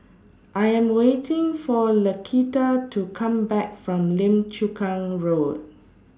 I Am waiting For Laquita to Come Back from Lim Chu Kang Road